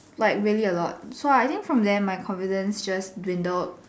like really a lot so I think from there my confidence just dwindled